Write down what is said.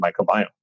microbiome